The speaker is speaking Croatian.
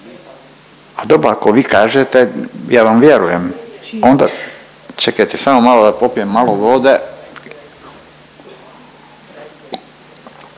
A dobro ako vi kažete ja vam vjerujem, onda, čekajte samo malo da popijem malo vode,